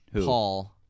Paul